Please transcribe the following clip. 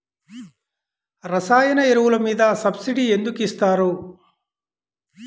రసాయన ఎరువులు మీద సబ్సిడీ ఎందుకు ఇస్తారు?